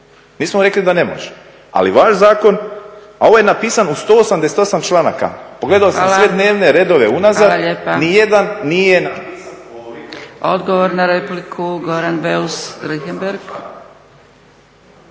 Nismo rekli da ne može, ali vaš zakon, ovo je napisano u 188 članaka, pogledao sam sve dnevne redove unazad, ni jedan nije… **Zgrebec, Dragica (SDP)** Hvala. Odgovor na repliku, Goran Beus Richembergh.